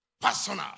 personal